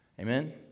Amen